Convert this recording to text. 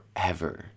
forever